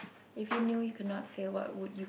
if you knew you could not fail what would you